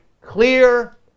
clear